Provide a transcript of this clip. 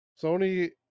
sony